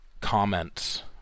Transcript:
comments